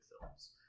films